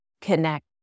connect